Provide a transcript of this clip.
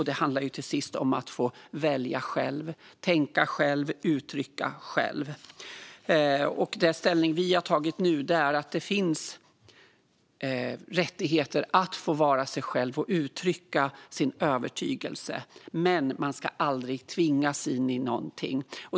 Det handlar till sist om att få välja själv, tänka själv och uttrycka sig själv. Det ställningstagande vi har gjort nu är att det finns rättigheter att få vara sig själv och uttrycka sin övertygelse, men man ska aldrig tvingas in i någonting.